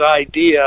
idea